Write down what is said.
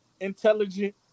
intelligent